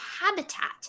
habitat